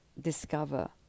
discover